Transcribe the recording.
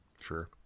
sure